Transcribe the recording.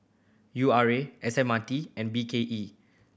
U R A S M R T and B K E